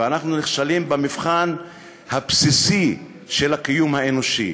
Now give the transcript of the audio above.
ואנחנו נכשלים במבחן הבסיסי של הקיום האנושי.